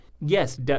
Yes